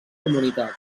comunitats